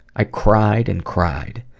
i cried and cried.